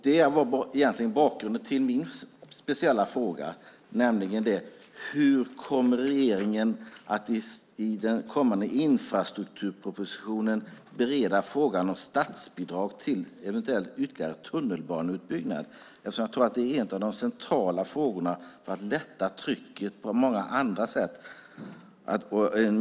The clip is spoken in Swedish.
Det var bakgrunden till min fråga, nämligen: Hur kommer regeringen att i den kommande infrastrukturpropositionen bereda frågan om statsbidrag till eventuell ytterligare tunnelbaneutbyggnad? Jag tror att det är en av de centrala frågorna för att lätta på trycket på många andra sätt.